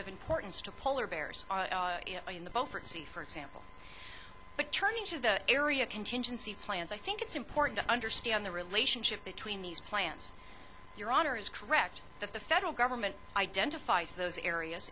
of importance to polar bears in the open sea for example but turning to the area contingency plans i think it's important to understand the relationship between these plants your honor is correct that the federal government identifies those areas